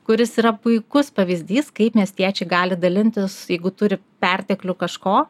kuris yra puikus pavyzdys kaip miestiečiai gali dalintis jeigu turi perteklių kažko